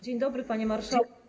Dzień dobry, panie marszałku.